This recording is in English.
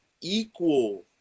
equal